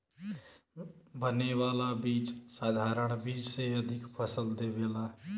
बने वाला बीज साधारण बीज से अधिका फसल देवेला